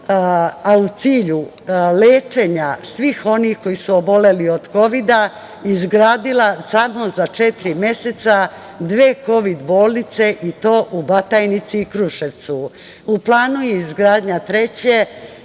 a u cilju lečenja svih onih koji su oboleli od kovida, izgradila samo četiri meseca, dve kovid bolnice, i to u Batajnici i Kruševcu. U planu je izgradnja treće